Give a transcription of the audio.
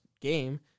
game